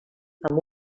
amb